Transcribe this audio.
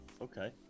Okay